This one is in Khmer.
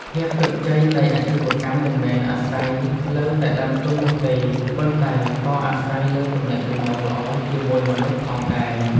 ភាពជោគជ័យនៃអាជីវកម្មមិនមែនអាស្រ័យលើតែដើមទុននោះទេ ប៉ុន្តែក៏អាស្រ័យលើទំនាក់ទំនងល្អជាមួយមនុស្សផងដែរ។